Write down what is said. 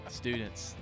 students